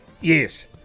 Yes